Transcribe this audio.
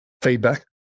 feedback